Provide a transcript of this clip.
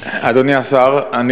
אדוני השר, אני